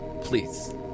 Please